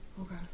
Okay